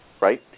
right